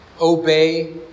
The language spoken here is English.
Obey